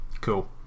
cool